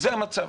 זה המצב.